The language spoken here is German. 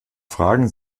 fragen